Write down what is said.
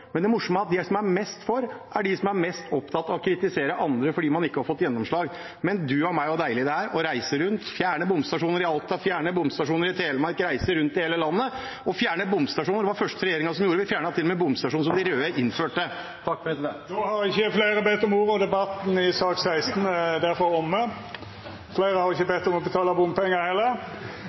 Men det morsomme er at de som er mest for, er de som er mest opptatt av å kritisere andre fordi man ikke har fått gjennomslag. Men du a meg så deilig det er å reise rundt og fjerne bomstasjoner – i Alta, i Telemark – reise rundt i hele landet og fjerne bomstasjoner. Det var vi den første regjeringen som gjorde, vi fjernet til og med bomstasjoner som de røde innførte. Fleire har ikkje bedt om ordet til sak nr. 16. Fleire har ikkje bedt om å